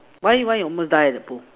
why why you almost die in the pool